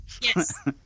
Yes